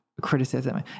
criticism